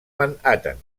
manhattan